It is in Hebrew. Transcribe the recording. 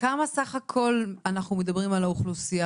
כמה מונה האוכלוסייה?